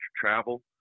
travel